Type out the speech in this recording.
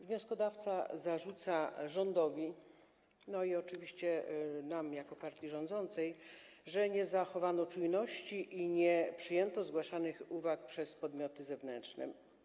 Wnioskodawca zarzuca rządowi i oczywiście nam jako partii rządzącej, że nie zachowano czujności i nie przyjęto zgłaszanych uwag przez podmioty zewnętrzne.